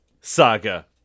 saga